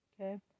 Okay